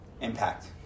Impact